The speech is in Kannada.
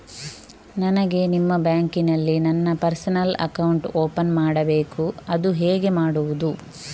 ನನಗೆ ನಿಮ್ಮ ಬ್ಯಾಂಕಿನಲ್ಲಿ ನನ್ನ ಪರ್ಸನಲ್ ಅಕೌಂಟ್ ಓಪನ್ ಮಾಡಬೇಕು ಅದು ಹೇಗೆ ಮಾಡುವುದು?